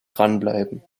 dranbleiben